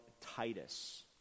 Titus